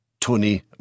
Tony